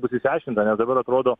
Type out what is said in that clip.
bus išsiaiškinta nes dabar atrodo